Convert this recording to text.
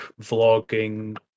vlogging